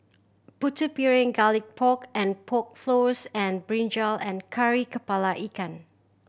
Putu Piring Garlic Pork and Pork Floss and brinjal and Kari Kepala Ikan